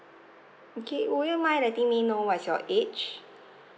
okay would you mind letting me know what's your age